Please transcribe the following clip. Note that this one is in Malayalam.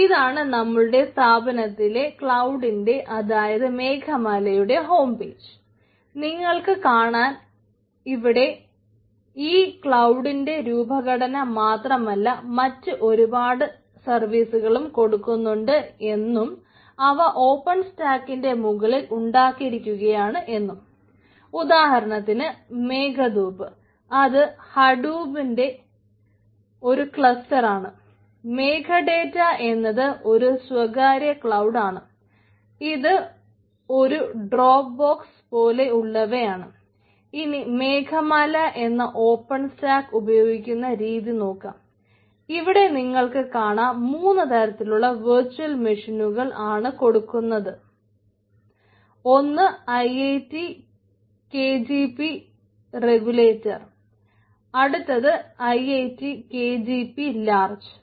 ഇതാണ് നമ്മുടെ സ്ഥാപനത്തിലെ ക്ലൌഡിന്റെ അതായത് മേഘമാലയുടെ ഹോം പേജ്